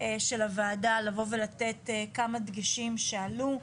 של הוועדה לתת כמה דגשים שעלו,